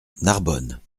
narbonne